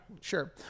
Sure